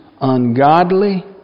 ungodly